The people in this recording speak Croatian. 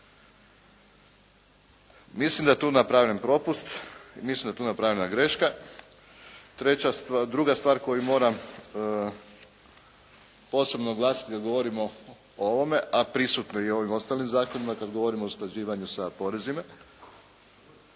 Mislim da je tu napravljen propust i mislim da je tu napravljena greška. Druga stvar koju mora posebno naglasiti kad govorimo o ovome, a prisutno je i u ovim ostalim zakonima kad govorimo o usklađivanju sa porezima.